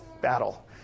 battle